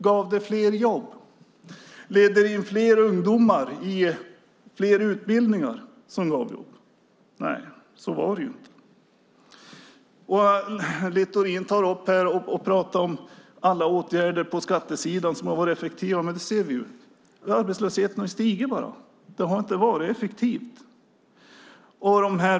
Gav det fler jobb? Ledde det in fler ungdomar i fler utbildningar? Nej, så var det inte. Littorin pratar om alla effektiva åtgärder på skattesidan. Men vi kan se att arbetslösheten har stigit. Åtgärderna har inte varit effektiva.